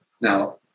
Now